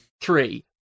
Three